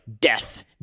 death